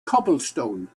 cobblestone